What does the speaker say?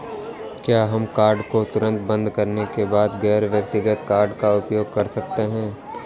क्या हम कार्ड को तुरंत बंद करने के बाद गैर व्यक्तिगत कार्ड का उपयोग कर सकते हैं?